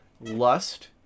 Lust